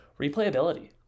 Replayability